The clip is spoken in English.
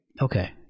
Okay